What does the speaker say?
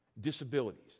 Disabilities